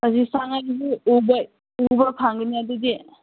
ꯑꯗꯨ ꯁꯉꯥꯏꯒꯤꯁꯨ ꯎꯕ ꯎꯕ ꯐꯪꯒꯅꯤ ꯑꯗꯨꯗꯤ